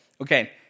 okay